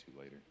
later